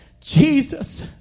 Jesus